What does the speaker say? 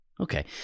Okay